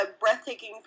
breathtaking